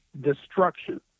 destruction